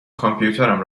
کامپیوترم